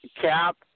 Cap